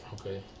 Okay